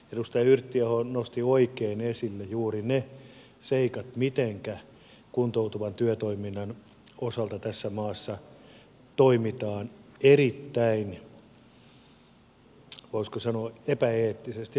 edustaja yrttiaho nosti oikein esille juuri ne seikat mitenkä kuntouttavan työtoiminnan osalta tässä maassa toimitaan erittäin voisiko sanoa epäeettisesti